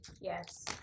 Yes